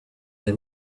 they